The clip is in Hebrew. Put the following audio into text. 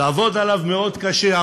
לעבוד עליו מאוד קשה,